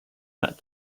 that